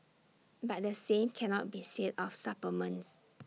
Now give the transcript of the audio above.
but the same cannot be said of supplements